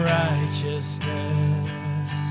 righteousness